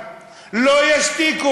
תפסיק.